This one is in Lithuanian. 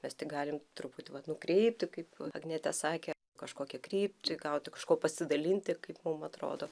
mes tik galim truputį vat nukreipti kaip agnetė sakė kažkokią krypčiai gauti kažkuo pasidalinti kaip mum atrodo